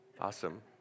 Awesome